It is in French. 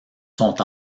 sont